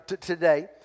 today